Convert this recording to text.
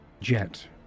Jet